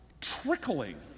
trickling